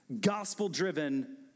gospel-driven